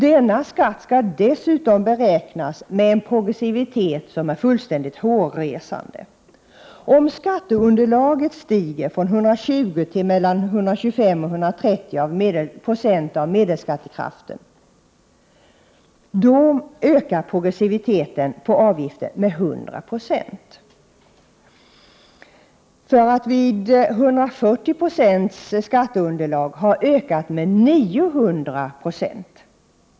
Denna skatt skall dessutom beräknas med en progressivitet som är fullständigt hårresande. Om skatteunderlaget stiger från 120 96 till mellan 125 och 130 96 av medelskattekraften, då ökar progressiviteten på avgiften med 100 96 för att vid 140 Je skatteunderlag ha ökat med 900 96.